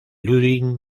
ludwig